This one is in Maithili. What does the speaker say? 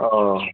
ओ